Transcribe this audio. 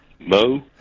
Mo